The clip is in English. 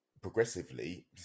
progressively